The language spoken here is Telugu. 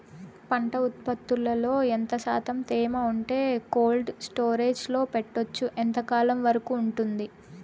పంట ఉత్పత్తులలో ఎంత శాతం తేమ ఉంటే కోల్డ్ స్టోరేజ్ లో పెట్టొచ్చు? ఎంతకాలం వరకు ఉంటుంది